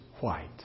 white